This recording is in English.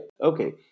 Okay